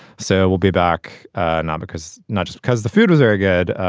so we'll be back now because not just because the food was very good.